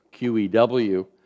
QEW